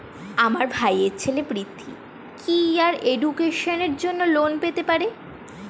আমার ভাইয়ের ছেলে পৃথ্বী, কি হাইয়ার এডুকেশনের জন্য লোন পেতে পারে?